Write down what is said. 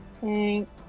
Thanks